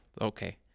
okay